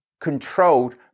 controlled